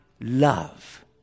love